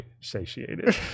satiated